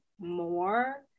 more